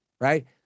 Right